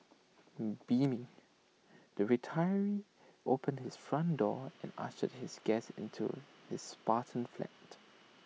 beaming the retiree opened his front door and ushered his guest into his Spartan flat